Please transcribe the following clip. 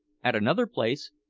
at another place,